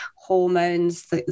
hormones